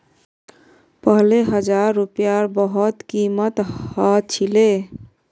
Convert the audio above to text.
पहले हजार रूपयार बहुत कीमत ह छिले